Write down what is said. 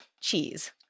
cheese